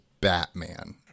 Batman